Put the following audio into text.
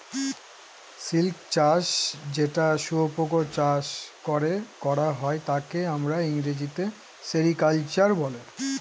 silk চাষ যেটা শুয়োপোকা চাষ করে করা হয় তাকে আমরা ইংরেজিতে সেরিকালচার বলে